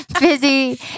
busy